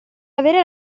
avere